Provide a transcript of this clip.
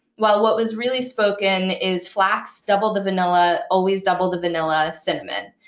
well, what was really spoken is flax, double the vanilla. always double the vanilla cinnamon.